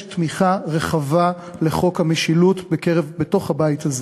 יש תמיכה רחבה לחוק המשילות בתוך הבית הזה,